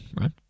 right